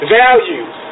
values